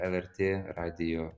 lrt radijo